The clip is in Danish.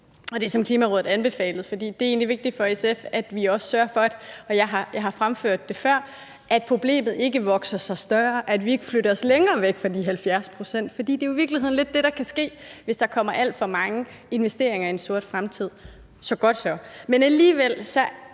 det, som Klimarådet anbefalede, for det er egentlig vigtigt for SF, at vi også sørger for – jeg har fremført det før – at problemet ikke vokser sig større, at vi ikke flytter os længere væk fra de 70 pct., for det er jo i virkeligheden lidt det, der kan ske, hvis der kommer alt for mange investeringer i en sort fremtid. Så det er godt, men alligevel